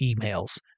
emails